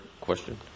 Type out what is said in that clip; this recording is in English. question